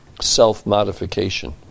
self-modification